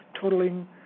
totaling